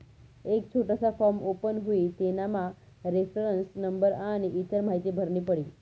एक छोटासा form open हुई तेनामा रेफरन्स नंबर आनी इतर माहीती भरनी पडी